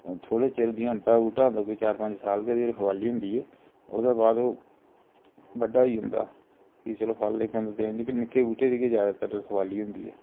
थोह्ड़े चिर जियां अम्बै दा बूहटा होंदा कोई चार पंज साल गै ओह्दी रखवाली होंदी ऐ ओह्दे बाद ओह् बड्डा होई जंदा फ्ही चलो फल लेई पौंदा देन लेकिन निक्के बूहटे दी गै ज्यादातर रखवाली होंदी ऐ